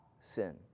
sin